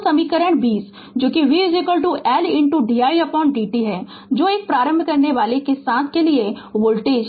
Refer Slide Time 1125 तो समीकरण 20 जो कि v L didt है जो एक प्रारंभ करनेवाला के लिए साथ के लिए वोल्टेज है